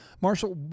marshall